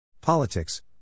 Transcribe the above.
Politics